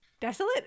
Desolate